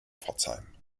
pforzheim